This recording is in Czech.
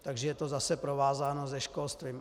Takže je to zase provázáno se školstvím.